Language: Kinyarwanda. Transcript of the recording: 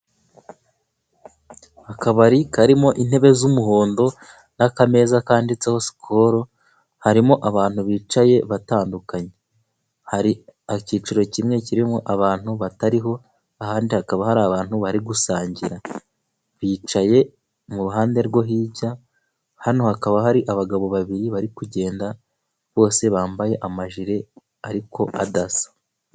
Akabari karimo intebe z'umuhondo n'akameza kanditseho sikoro, harimo abantu bicaye batandukanye, hari icyiciro kimwe kirimo abantu batariho, ahandi hakaba hari abantu bari gusangira bicaye mu ruhande rwo hirya, hano hakaba hari abagabo babiri bari kugenda bose bambaye amajire ariko adasa.